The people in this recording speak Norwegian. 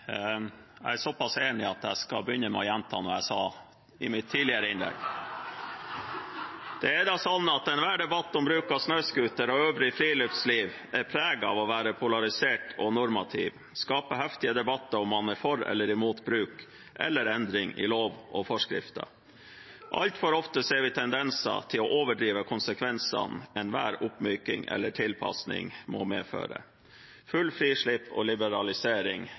er sånn at enhver debatt om bruk av snøscooter og øvrig friluftsliv er preget av å være polarisert og normativ. Det skapes heftige debatter om hvorvidt man er for eller mot bruk eller endring i lov og forskrifter. Altfor ofte ser vi tendenser til å overdrive konsekvensene enhver oppmyking eller tilpasning måtte medføre. Fullt frislipp og liberalisering